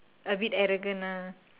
a bit arrogant ah